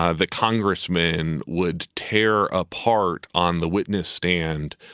ah the congressman, would tear apart on the witness stand,